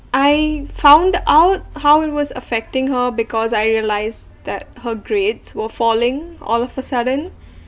I found out how it was affecting her because I realized that her grades were falling all of a sudden